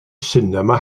sinema